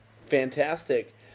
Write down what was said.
Fantastic